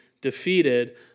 defeated